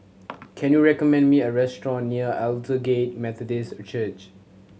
can you recommend me a restaurant near Aldersgate Methodist Church